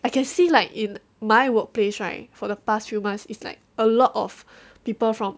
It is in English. I can see like in my workplace right for the past few months is like a lot of people from